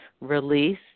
release